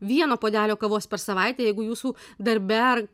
vieno puodelio kavos per savaitę jeigu jūsų darbe ar